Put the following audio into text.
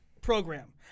program